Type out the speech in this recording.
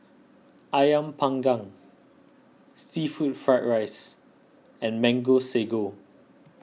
Ayam Panggang Seafood Fried Rice and Mango Sago